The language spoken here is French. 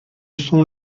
sont